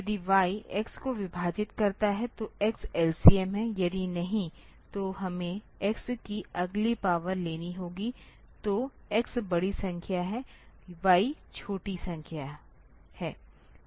यदि y x को विभाजित करता है तो x LCM है यदि नहीं तो हमे x की अगली पावर लेनी होगी तो x बड़ी संख्या है y छोटी संख्या है